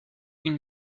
une